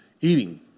eating